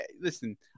listen